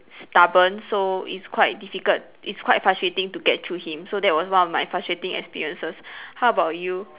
stubborn so it's quite difficult it's quite frustrating to get through him so that was one of my frustrating experiences how about you